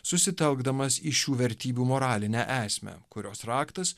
susitelkdamas į šių vertybių moralinę esmę kurios raktas